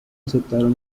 aceptaron